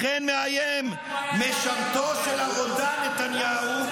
לכן מאיים השר קרעי, משרתו של הרודן נתניהו,